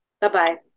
Bye-bye